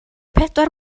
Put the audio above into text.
pedwar